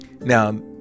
Now